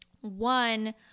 one